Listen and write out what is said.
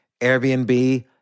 airbnb